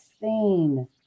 seen